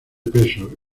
peso